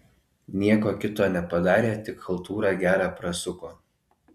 nieko kito nepadarė tik chaltūrą gerą prasuko